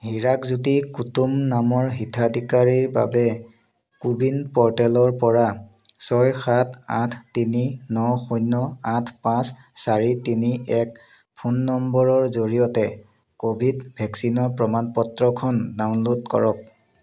হিৰকজ্যোতি কুতুম নামৰ হিতাধিকাৰীৰ বাবে কো ৱিন প'ৰ্টেলৰপৰা ছয় সাত আঠ তিনি ন শূন্য আঠ পাঁচ চাৰি তিনি এক ফোন নম্বৰৰ জৰিয়তে ক'ভিড ভেকচিনৰ প্ৰমাণ পত্ৰখন ডাউনলোড কৰক